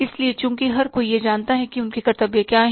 इसलिए चूंकि हर कोई यह जानता है कि उनके कर्तव्य क्या हैं